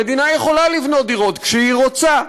המדינה יכולה לבנות דיור כשהיא רוצה.